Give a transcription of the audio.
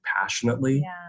passionately